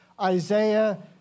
Isaiah